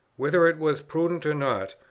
whether it was prudent or not,